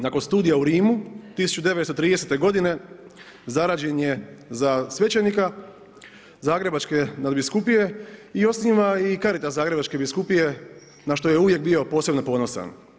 Nakon studija u Rimu 1930. godine zaređen je za svećenika Zagrebačke nadbiskupije i osniva i Karitas Zagrebačke biskupije na što je uvijek bio posebno ponosan.